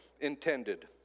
intended